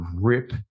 rip